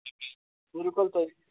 بِلکُل تۄہہِ